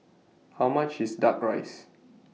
How much IS Duck Rice